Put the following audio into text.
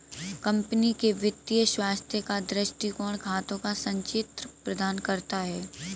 company के वित्तीय स्वास्थ्य का दृष्टिकोण खातों का संचित्र प्रदान करता है